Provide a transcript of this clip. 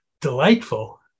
delightful